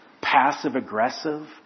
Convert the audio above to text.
passive-aggressive